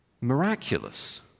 miraculous